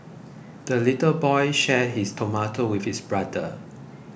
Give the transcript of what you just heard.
the little boy shared his tomato with his brother